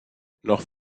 noch